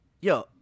Yo